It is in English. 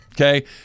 Okay